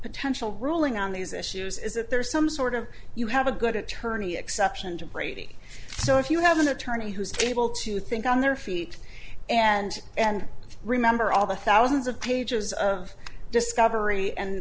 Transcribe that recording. potential ruling on these issues is that there's some sort of you have a good attorney exception to brady so if you have an attorney who's able to think on their feet and and remember all the thousands of pages of discovery and